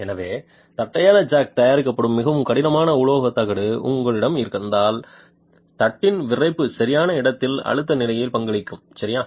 எனவே தட்டையான ஜாக் தயாரிக்கப்படும் மிகவும் கடினமான உலோகத் தகடு உங்களிடம் இருந்தால் தட்டின் விறைப்பு சரியான இடத்தின் அழுத்த நிலைக்கு பங்களிக்கும் சரியா